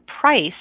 price